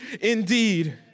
indeed